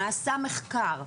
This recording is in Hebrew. נעשה מחקר,